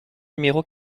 numéro